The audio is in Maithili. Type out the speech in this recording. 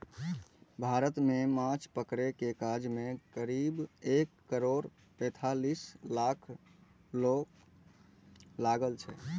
भारत मे माछ पकड़ै के काज मे करीब एक करोड़ पैंतालीस लाख लोक लागल छै